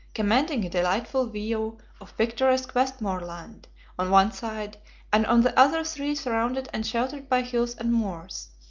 commanding a delightful view of picturesque westmoreland on one side and on the other three surrounded and sheltered by hills and moors.